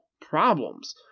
problems